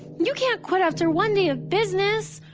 you can't quit after one day of business.